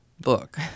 book